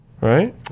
Right